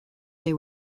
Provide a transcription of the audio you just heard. they